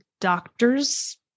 doctors